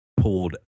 pulled